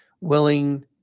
willing